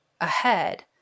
ahead